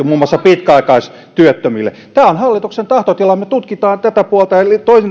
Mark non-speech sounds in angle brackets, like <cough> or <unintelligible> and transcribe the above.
<unintelligible> muun muassa pitkäaikaistyöttömille tämä on hallituksen tahtotila me tutkimme tätä puolta